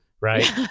right